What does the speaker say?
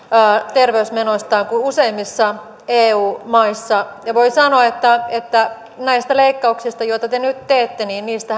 terveysmenoistaan kuin useimmissa eu maissa ja voi sanoa että että näistä leikkauksista joita te nyt teette